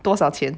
多少钱